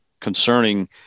concerning